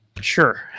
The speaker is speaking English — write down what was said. Sure